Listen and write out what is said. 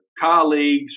colleagues